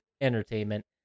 Entertainment